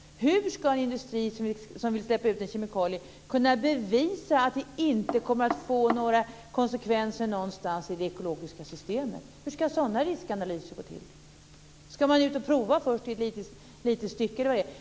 Hur ska en industri som vill släppa ut en kemikalie kunna bevisa att den inte kommer att få några konsekvenser någonstans i det ekologiska systemet? Hur ska sådana riskanalyser gå till? Ska man först ge sig ut och prova i liten skala, eller vad?